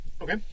Okay